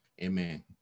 Amen